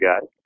guys